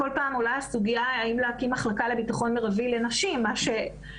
כל פעם עולה הסוגיה האם להקים מחלקה לביטחון מרבי לנשים - אישית,